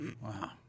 Wow